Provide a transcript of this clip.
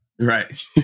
right